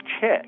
check